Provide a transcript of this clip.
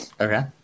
okay